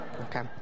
Okay